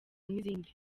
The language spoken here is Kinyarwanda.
n’izindi